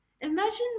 Imagine